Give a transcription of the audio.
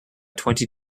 twenty